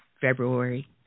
February